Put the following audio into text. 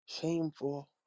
shameful